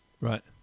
Right